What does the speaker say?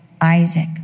Isaac